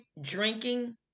drinking